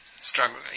struggling